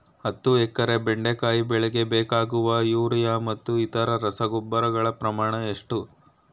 ಹತ್ತು ಎಕರೆ ಬೆಂಡೆಕಾಯಿ ಬೆಳೆಗೆ ಬೇಕಾಗುವ ಯೂರಿಯಾ ಮತ್ತು ಇತರೆ ರಸಗೊಬ್ಬರಗಳ ಪ್ರಮಾಣ ಎಷ್ಟು?